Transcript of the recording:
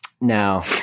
now